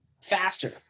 faster